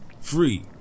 Free